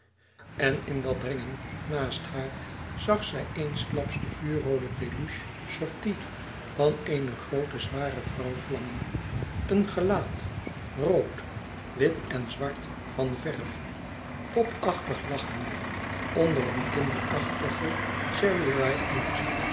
en in dat dringen naast haar zag zij eensklaps de vuurroode peluche sortie van eene groote zware vrouw vlammen een gelaat rood wit en zwart van verf popachtig lachende onder een kinderachtigen